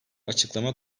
açıklama